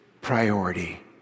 priority